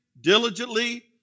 diligently